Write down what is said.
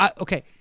okay